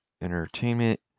Entertainment